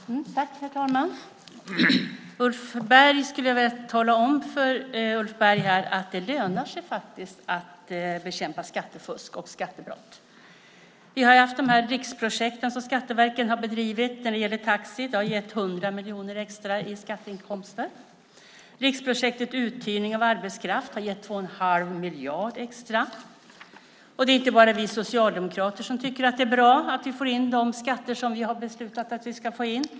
Herr talman! Jag skulle vilja tala om för Ulf Berg att det faktiskt lönar sig att bekämpa skattefusk och skattebrott. Vi har haft de riksprojekt som Skatteverket har bedrivit när det gäller taxi. De har gett 100 miljoner extra i skatteinkomster. Riksprojektet Uthyrning av arbetskraft har gett 2 1⁄2 miljard extra. Det är inte bara vi socialdemokrater som tycker att det är bra att vi får in de skatter som vi har beslutat att vi ska få in.